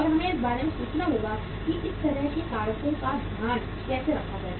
और हमें इस बारे में सोचना होगा कि इस तरह के कारकों का ध्यान कैसे रखा जाए